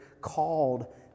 called